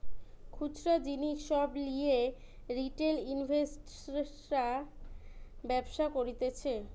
খুচরা জিনিস সব লিয়ে রিটেল ইনভেস্টর্সরা ব্যবসা করতিছে